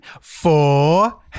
four